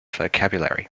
vocabulary